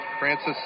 Francis